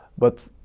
but,